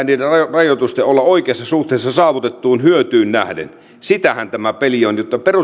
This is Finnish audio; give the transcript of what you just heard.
niiden rajoitusten pitää olla oikeassa suhteessa saavutettuun hyötyyn nähden sitähän tämä peli on jotta